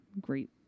Great